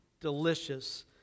delicious